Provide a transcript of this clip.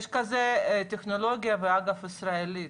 יש כזו טכנולוגיה, ואגב, ישראלית.